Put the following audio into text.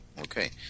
Okay